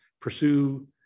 Pursue